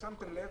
אם שמתם לב,